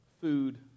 food